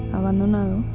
abandonado